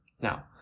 Now